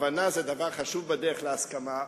הבנה זה דבר חשוב בדרך להסכמה.